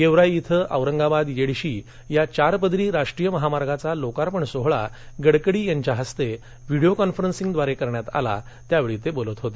गेवराई इथं औरंगाबाद येडशी या चारपदरी राष्ट्रीय महामार्गाचा लोकार्पण सोहळा गडकरी यांच्या हस्ते व्हिडीओ काँफनरसिंग द्वारे करण्यात आला त्यावेळी ते बोलत होते